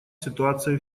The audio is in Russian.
ситуация